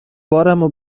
بارمو